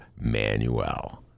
Manuel